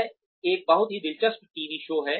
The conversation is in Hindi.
यह एक बहुत ही दिलचस्प टीवी शो है